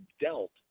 dealt